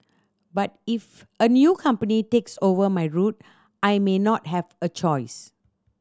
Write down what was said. but if a new company takes over my route I may not have a choice